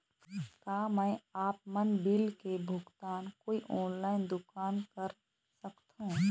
का मैं आपमन बिल के भुगतान कोई ऑनलाइन दुकान कर सकथों?